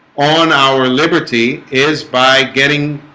on our liberty is by getting